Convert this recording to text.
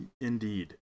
Indeed